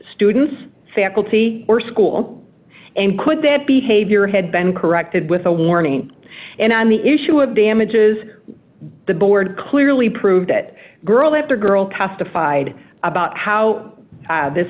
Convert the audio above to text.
students faculty or school and could that be havior had been corrected with a warning and on the issue of damages the board clearly proved that girl that the girl testified about how this